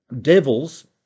devils